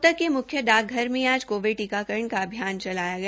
रोहतक के मुख्य डाकघर में आज कोविड टीकाकरण का अभियान चलाया गया